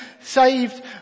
saved